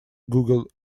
google